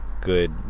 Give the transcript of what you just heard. good